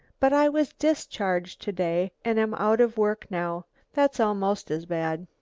but i was discharged to-day and am out of work now that's almost as bad.